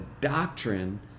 doctrine